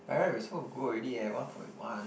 by right we suppose to go already eh one forty one